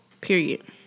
Period